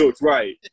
Right